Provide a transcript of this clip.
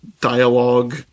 dialogue